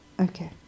Okay